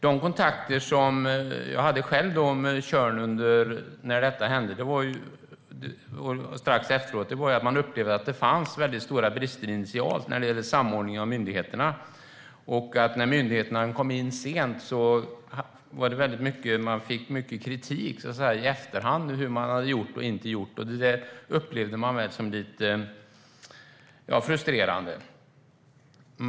De kontakter som jag själv hade med Tjörns kommun strax efter att detta hände visade att man upplevde att det fanns väldigt stora brister initialt när det gällde samordning av myndigheterna. Eftersom myndigheterna kom in sent fick man mycket kritik i efterhand för vad man hade gjort och inte hade gjort. Det upplevdes som lite frustrerande.